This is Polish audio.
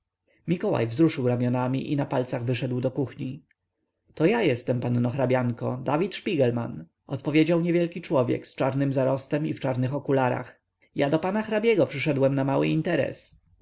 mikołaj wzruszył ramionami i na palcach wyszedł do kuchni to ja jestem panno hrabianko dawid szpigelman odpowiedział niewielki człowiek z czarnym zarostem i w czarnych okularach ja do pana hrabiego przyszedłem na mały interes